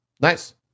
nice